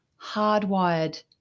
hardwired